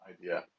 idea